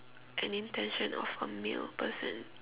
an intention of a male person